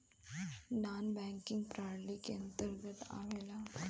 नानॅ banking प्रणाली के अंतर्गत आवेला